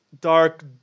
dark